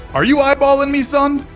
are you eyeballing me son!